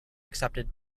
accepted